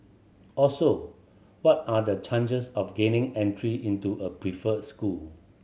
also what are the changes of gaining entry into a preferred school